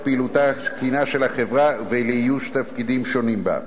בפעילותה התקינה של החברה ובאיוש תפקידים שונים בה.